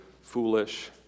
foolish